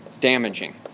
damaging